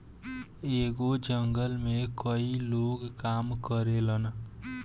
एगो जंगल में कई लोग काम करेलन